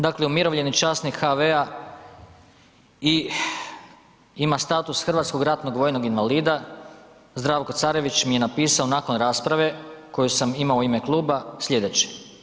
Dakle, umirovljeni časnik HV-a i ima status Hrvatskog ratnog vojnog invalida, Zdravko Carević, mi je napisao nakon rasprave koju sam imao u ime kluba slijedeće.